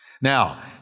Now